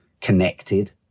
connected